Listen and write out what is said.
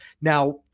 Now